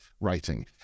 writing